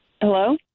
Hello